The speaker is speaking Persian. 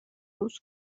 روز